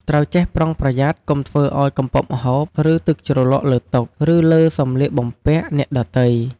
ត្រូវចេះប្រុងប្រយ័ត្នកុំធ្វើឱ្យកំពប់ម្ហូប ឬទឹកជ្រលក់លើតុ ឬលើសម្លៀកបំពាក់អ្នកដទៃ។